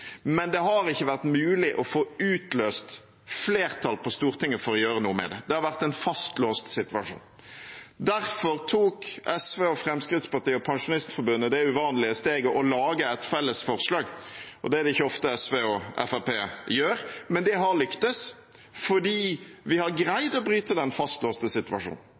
men det har ikke vært mulig å få utløst flertall på Stortinget for å gjøre noe med det. Det har vært en fastlåst situasjon. Derfor tok SV, Fremskrittspartiet og Pensjonistforbundet det uvanlige steget å lage et felles forslag. Det er det ikke ofte SV og Fremskrittspartiet gjør, men det har lyktes fordi vi har greid å bryte den fastlåste situasjonen.